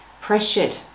pressured